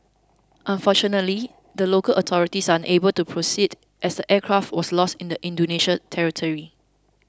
unfortunately the local authorities are unable to proceed as the aircraft was lost in Indonesia territory